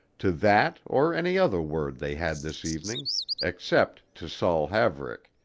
to that or any other word they had this evening except to saul haverick,